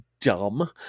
dumb